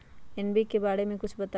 NPK बारे म कुछ बताई?